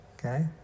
okay